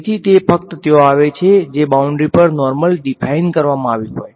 તેથી તે ફક્ત ત્યાં આવે છે જે બાઉન્ડ્રી પર નોર્મલ ડીફાઈન કરવામાં આવ્યુ હોય